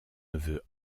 neveu